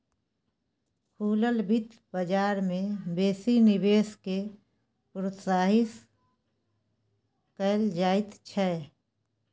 खुलल बित्त बजार मे बेसी निवेश केँ प्रोत्साहित कयल जाइत छै